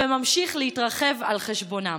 וממשיך להתרחב על חשבונם.